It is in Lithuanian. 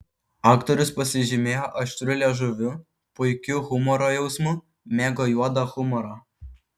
aktorius pasižymėjo aštriu liežuviu puikiu humoro jausmu mėgo juodą humorą